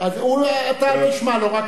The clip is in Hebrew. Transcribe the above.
אתה אל תשמע לו.